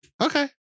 Okay